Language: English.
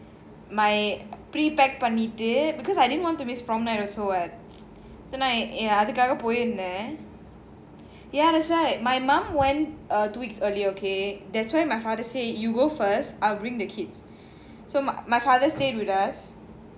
my pre packed பண்ணிட்டு:pannitu because I didn't want to miss prom night also [what] so அதுக்காகபோயிருந்தேன்:adhukaga poirunthen ya that's why my mum went ah two weeks earlier okay that's why my father say you go first I will bring the kids so my my father stayed with us